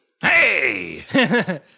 Hey